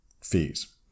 fees